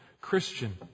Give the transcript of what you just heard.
Christian